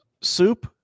soup